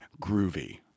groovy